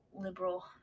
liberal